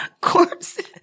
corpses